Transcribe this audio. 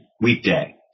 weekday